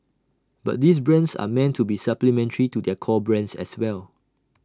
but these brands are meant to be supplementary to their core brands as well